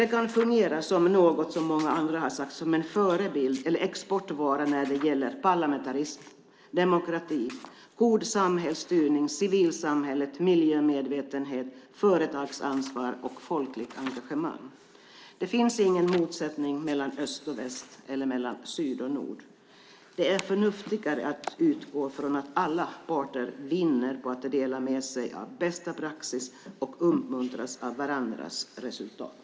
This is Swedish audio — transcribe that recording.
Det kan fungera som något av en förebild, som många andra har sagt, eller som en exportvara när det gäller parlamentarisk demokrati, god samhällsstyrning, civilsamhället, miljömedvetenhet, företagsansvar och folkligt engagemang. Det finns ingen motsättning mellan öst och väst eller mellan syd och nord. Det är förnuftigare att utgå från att alla parter vinner på att dela med sig av bästa praxis och uppmuntras av varandras resultat.